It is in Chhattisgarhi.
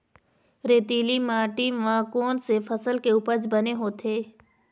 रेतीली माटी म कोन से फसल के उपज बने होथे?